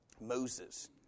Moses